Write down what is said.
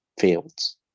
fields